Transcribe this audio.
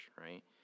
right